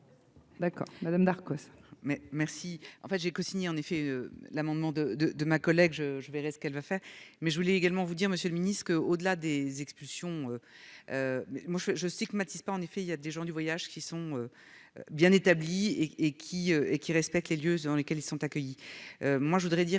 D'accord madame Darcos, mais merci en fait j'ai cosigné, en effet, l'amendement de de de ma collègue je je verrai ce qu'elle veut faire, mais je voulais également vous dire Monsieur le Ministre, que au-delà des expulsions, moi je je stigmatise pas, en effet, il y a des gens du voyage qui sont bien établies et et qui, et qui respecte les lieux et dans lequel ils sont accueillis, moi je voudrais dire